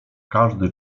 każdy